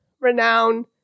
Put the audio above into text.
renown